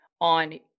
on